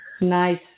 Nice